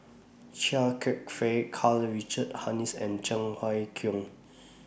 Chia Kwek Fah Karl Richard Hanitsch and Cheng Wai Keung